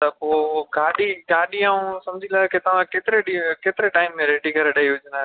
त पोइ गाॾी गाॾी ऐं समिझी लाइ के तव्हां केतिरे ॾींहं केतिरे टाईम में रेडी करे ॾई वेंदा